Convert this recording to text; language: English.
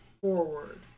forward